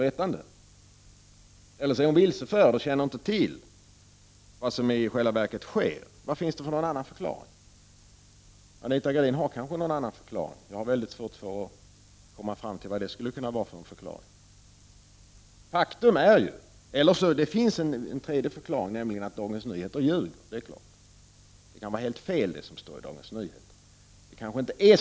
Eller också är hon vilseförd och känner inte till vad som i själva verket sker. Vilken annan förklaring finns? Anita Gradin kanske har någon annan förklaring. Jag har väldigt svårt att komma fram till vad det skulle vara för förklaring. Det finns också en tredje variant, och det är att DN ljuger. Det är klart, det som står i Dagens Nyheter kan vara helt fel.